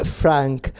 frank